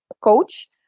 coach